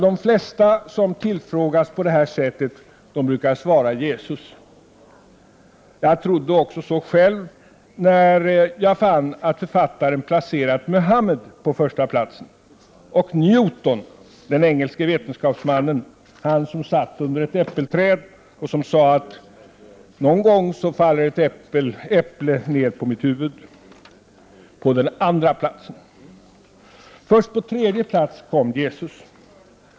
De flesta som tillfrågas på detta sätt brukar svara Jesus. Jag trodde också så själv, men jag fann att författaren placerat Muhammed på första platsen och Newton — den engelska vetenskapsmannen, han som satt under ett äppelträd och sade att någon gång skulle ett äpple falla ned på hans huvud — på den andra platsen. Först på tredje plats kom Jesus.